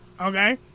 Okay